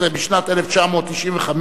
בשנת 1995,